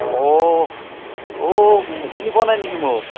মোক চিনি পোৱা নাই নেকি মোক